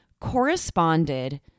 corresponded